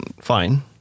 fine